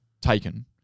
taken